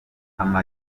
ama